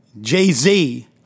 Jay-Z